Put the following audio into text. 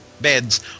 beds